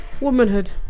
Womanhood